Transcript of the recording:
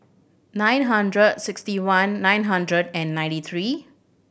nine hundred sixty one nine hundred and ninety three